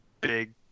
big